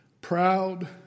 proud